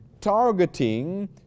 targeting